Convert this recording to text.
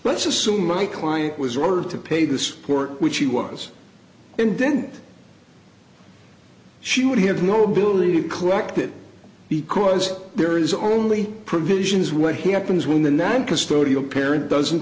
let's assume my client was ordered to pay this court which he was and then she would have no ability to collect it because there is only provisions what he happens when the non custodial parent doesn't